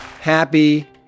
happy